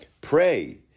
pray